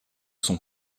son